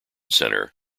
center